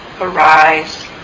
arise